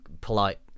polite